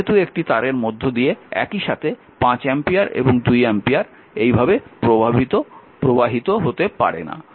যেহেতু একটি তারের মধ্য দিয়ে একই সাথে 5 অ্যাম্পিয়ার এবং 2 অ্যাম্পিয়ার এভাবে প্রবাহিত হতে পারে না